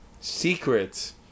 Secrets